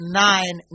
nine